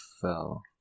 fell